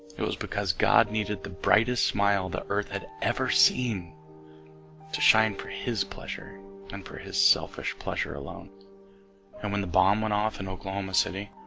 it was because god needed the brightest smile the earth had ever seen to shine for his pleasure and for his selfish pleasure alone and when the bomb went off in oklahoma city?